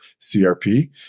CRP